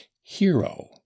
hero